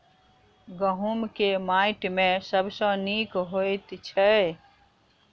गहूम केँ माटि मे सबसँ नीक होइत छै?